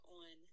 on